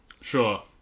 Sure